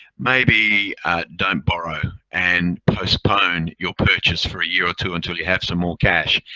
maybe don't borrow and postpone your purchase for a year or two until you have some more cash.